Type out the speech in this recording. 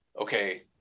okay